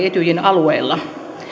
etyjin alueella